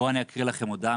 בואו ואני אקריא לכם הודעה,